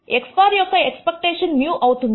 x̅ యొక్క ఎక్స్పెక్టేషన్ μ అవుతుంది